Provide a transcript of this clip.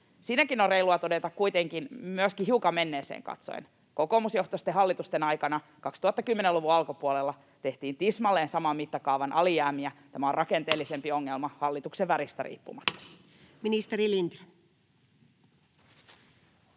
Siinäkin on reilua todeta, kuitenkin myöskin hiukan menneeseen katsoen, että kokoomusjohtoisten hallitusten aikana 2010-luvun alkupuolella tehtiin tismalleen saman mittakaavan alijäämiä. Tämä on rakenteellisempi ongelma hallituksen väristä riippumatta. [Speech 454]